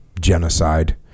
genocide